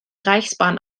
reichsbahn